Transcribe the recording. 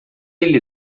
ele